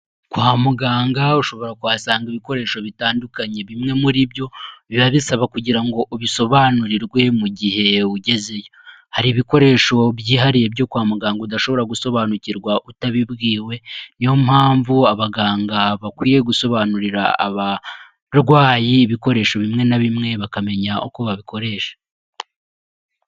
Kwa muganga ushobora kuhasanga ibikoresho bitandukanye; bimwe muri byo biba bisaba kugira ngo ubisobanurirwe mu gihe ugezeyo. Hari ibikoresho byihariye byo kwa muganga udashobora gusobanukirwa utabibwiwe niyo mpamvu abaganga bakwiye gusobanurira abarwayi ibikoresho bimwe na bimwe bakamenya uko babikoresha.